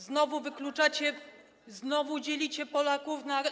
Znowu wykluczacie, znowu dzielicie Polaków na.